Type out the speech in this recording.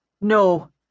No